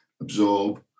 absorb